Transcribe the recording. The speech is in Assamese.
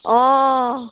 অঁ